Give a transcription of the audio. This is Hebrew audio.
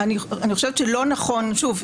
שוב,